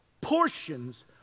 portions